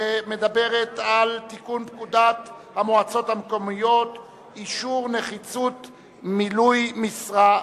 שמדברת על תיקון פקודת המועצות המקומיות (אישור נחיצות מילוי משרה),